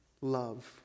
love